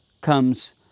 comes